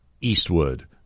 Eastwood